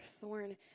thorn